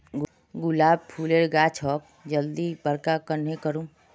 गुलाब फूलेर गाछोक जल्दी बड़का कन्हे करूम?